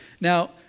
Now